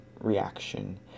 reaction